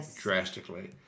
drastically